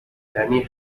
یعنی